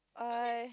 I